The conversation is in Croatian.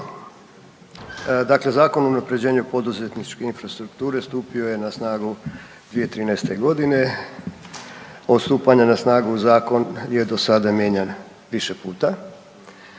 Dakle Zakon o unaprjeđenju poduzetničke infrastrukture stupio je na snagu 2013. g. Od stupanja na snagu Zakon je do sada mijenjan više puta.